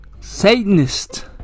Satanist